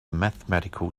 mathematical